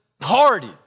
party